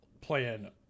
Playing